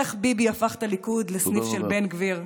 איך ביבי הפך את הליכוד לסניף של בן גביר.